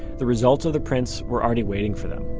the results of the prints were already waiting for them.